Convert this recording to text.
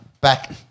back